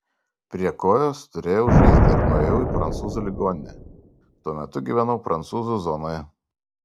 prie kojos turėjau žaizdą ir nuėjau į prancūzų ligoninę tuo metu gyvenau prancūzų zonoje